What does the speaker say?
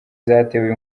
zatewe